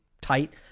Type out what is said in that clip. tight